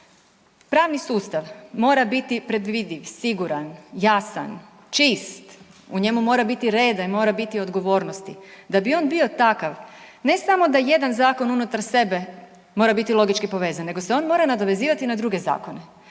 Pravni sustav mora biti predvidiv, siguran, jasan, čist, u njemu mora biti reda i mora biti odgovornosti. Da bi on bio takav, ne samo da jedan zakon unutar sebe mora biti logički povezan, nego se on mora nadovezivati na druge zakone.